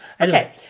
Okay